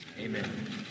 Amen